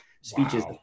speeches